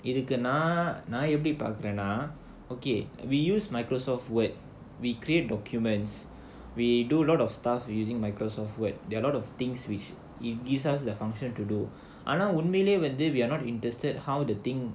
இதக்கு நான் நான் எப்படி பாக்குறேனா:idhukku naan naan epdi paakkuraenaa okay we use Microsoft Word we create documents we do lots of stuff using Microsoft Word there are a lot of things which it gives us the function to do ஆனா உண்மையிலேயே வந்து:aanaa unmailayae vandhu we are not interested how the thing